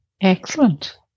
Excellent